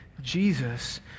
Jesus